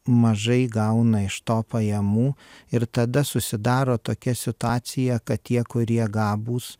mažai gauna iš to pajamų ir tada susidaro tokia situacija kad tie kurie gabūs